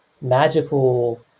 magical